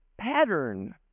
pattern